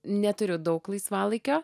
neturiu daug laisvalaikio